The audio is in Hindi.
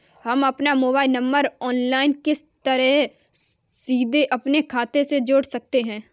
हम अपना मोबाइल नंबर ऑनलाइन किस तरह सीधे अपने खाते में जोड़ सकते हैं?